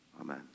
Amen